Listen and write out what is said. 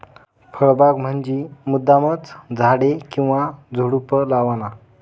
फळबाग म्हंजी मुद्दामचं झाडे किंवा झुडुप लावाना